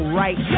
right